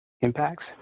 impacts